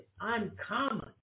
Uncommon